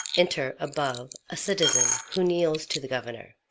enter, above, a citizen, who kneels to the governor.